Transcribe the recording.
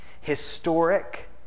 historic